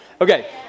Okay